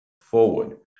forward